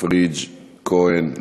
פריג'; כהן,